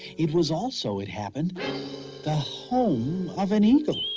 it was also, it happened the home of an eagle!